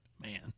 man